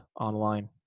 online